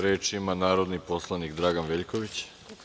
Reč ima narodni poslanik Dragan Veljković.